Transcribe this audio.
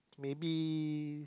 maybe